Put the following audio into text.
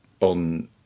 on